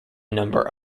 number